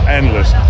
endless